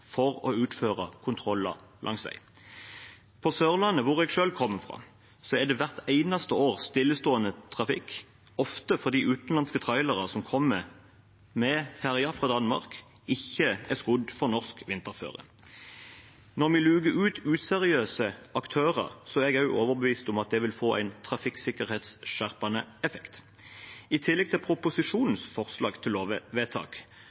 for å utføre kontroller langs veien. På Sørlandet, hvor jeg selv kommer fra, er det hvert eneste år stillestående trafikk, ofte fordi utenlandske trailere som kommer med ferja fra Danmark, ikke er skodd for norsk vinterføre. Når vi luker ut useriøse aktører, er jeg også overbevist om at det vil få en trafikksikkerhetsskjerpende effekt. I tillegg til